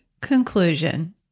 conclusion